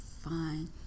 fine